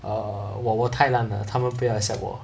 err 我我太烂了他们不要 accept 我